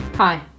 Hi